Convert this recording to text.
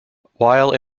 while